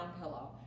pillow